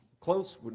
close